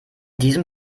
diesem